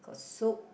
got soup